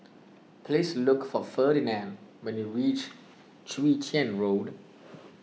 please look for Ferdinand when you reach Chwee Chian Road